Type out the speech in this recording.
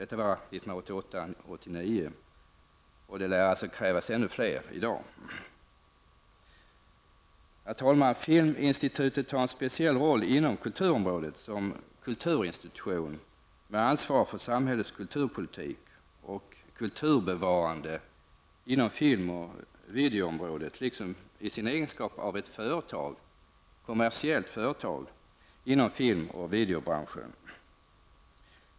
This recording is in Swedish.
I dag lär det krävas ännu fler besökare. Herr talman! Filminstitutet spelar en speciell roll inom kulturområdet som kulturinstitution med ansvar för samhällets kulturpolitik och som kulturbevarare inom film och videområdet. Detta ansvar har man i sin egenskap av kommersiellt företag inom film och videobranschen.